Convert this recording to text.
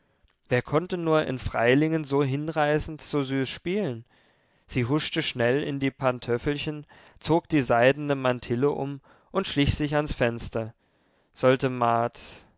wer konnte nur in freilingen so hinreißend so süß spielen sie huschte schnell in die pantöffelchen zog die seidene mantille um und schlich sich ans fenster sollte